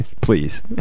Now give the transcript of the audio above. Please